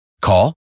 Call